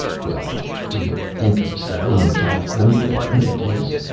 well, do you think of settling in the california department of bliss?